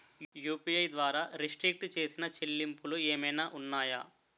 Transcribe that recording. UPI ద్వారా restrict చేసిన చెల్లింపులు ఏమైనా ఉన్నాయా?